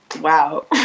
wow